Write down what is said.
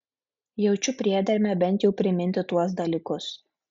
jaučiu priedermę bent jau priminti tuos dalykus